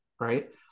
right